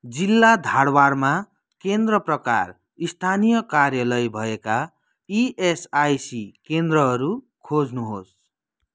जिल्ला धारवाडमा केन्द्र प्रकार स्थानीय कार्यालय भएका इएसआइसी केन्द्रहरू खोज्नुहोस्